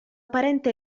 parente